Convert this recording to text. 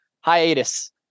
hiatus